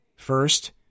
First